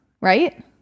right